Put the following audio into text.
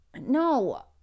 No